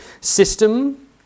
system